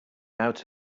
out